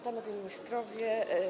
Panowie Ministrowie!